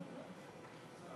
זה